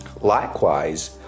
Likewise